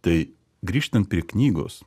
tai grįžtant prie knygos